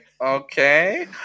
okay